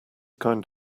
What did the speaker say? kind